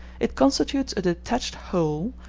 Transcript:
it constitutes a detached whole,